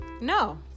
No